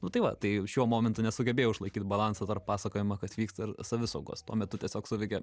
nu tai va tai šiuo momentu nesugebėjau išlaikyt balanso tarp pasakojimo kas vyksta ir savisaugos tuo metu tiesiog suveikė